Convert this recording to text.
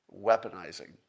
weaponizing